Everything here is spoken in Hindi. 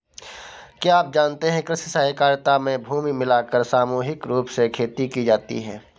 क्या आप जानते है कृषि सहकारिता में भूमि मिलाकर सामूहिक रूप से खेती की जाती है?